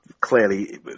Clearly